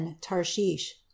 Tarshish